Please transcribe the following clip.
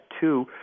Two